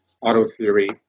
auto-theory